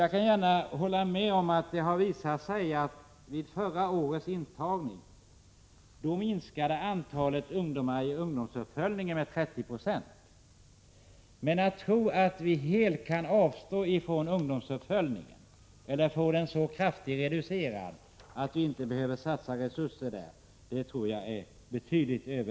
Jag är medveten om att antalet ungdomar i ungdomsuppföljningen minskade med 30 96 vid förra årets intagning. Det är betydligt överdrivet att tro att vi helt kan avstå från ungdomsuppföljningen eller att vi kan reducera den så kraftigt att det inte behövs några resurser i det avseendet.